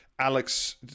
Alex